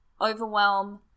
Overwhelm